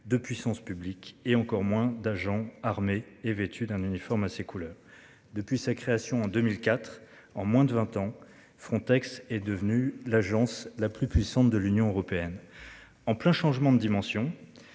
de puissance publique, et encore moins d'agents armés et vêtus d'un uniforme à ses couleurs. Depuis sa création en 2004 en moins de 20 ans. Frontex est devenue l'agence la plus puissante de l'Union européenne. En plein changement de dimension